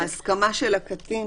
ההסכמה של הקטין